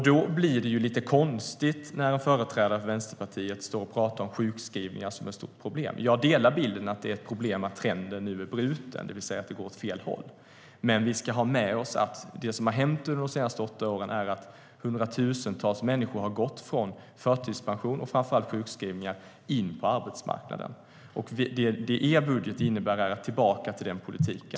Det blir då lite konstigt när en företrädare för Vänsterpartiet står och talar om sjukskrivningar som ett stort problem. Jag delar bilden att det är ett problem att trenden nu är bruten, det vill säga att det går åt fel håll. Men vi ska ha med oss att det som har hänt under de senaste åtta åren är att hundratusentals människor har gått från förtidspension och framför allt sjukskrivningar in på arbetsmarknaden. Det er budget innebär är att gå tillbaka till den politiken.